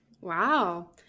Wow